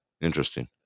Interesting